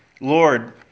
Lord